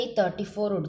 34